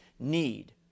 Need